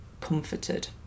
comforted